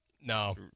No